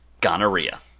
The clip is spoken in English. gonorrhea